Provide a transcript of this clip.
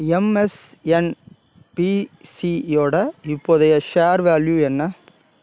எம்எஸ்என்பிசியோட இப்போதைய share value என்ன